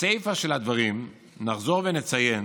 בסיפה של הדברים נחזור ונציין